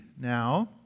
now